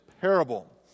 parable